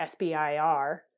SBIR